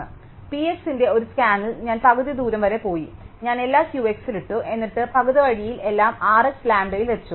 അതിനാൽ P x ന്റെ ഒരു സ്കാനിൽ ഞാൻ പകുതി ദൂരം വരെ പോയി ഞാൻ എല്ലാം Q x ൽ ഇട്ടു എന്നിട്ട് പകുതി വഴിയിൽ എല്ലാം R x lambda ൽ വെച്ചു